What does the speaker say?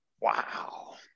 Wow